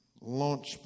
launch